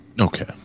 Okay